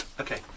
Okay